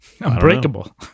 Unbreakable